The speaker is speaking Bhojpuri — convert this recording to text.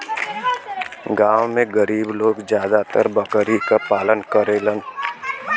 गांव में गरीब लोग जादातर बकरी क पालन करलन